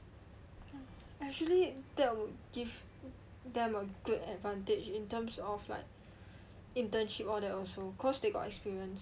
actually that will give them a good advantange in terms of like internship all that also cause they got experience